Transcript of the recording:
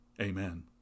Amen